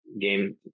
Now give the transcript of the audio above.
game